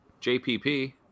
JPP